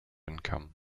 income